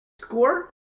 Score